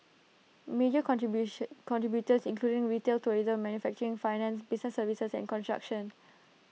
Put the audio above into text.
major contribution contributors including retail tourism manufacturing finance business services and construction